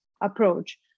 approach